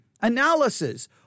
analysis